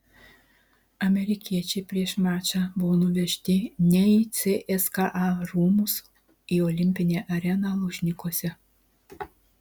amerikiečiai prieš mačą buvo nuvežti ne į cska rūmus į olimpinę areną lužnikuose